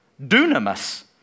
Dunamis